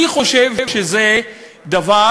אני חושב שזה דבר